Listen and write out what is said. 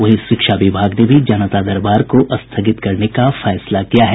वहीं शिक्षा विभाग ने भी जनता दरबार को स्थगित करने का फैसला किया है